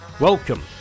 welcome